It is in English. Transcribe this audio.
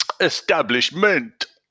establishment